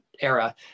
era